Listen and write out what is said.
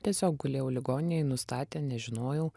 tiesiog gulėjau ligoninėj nustatė nežinojau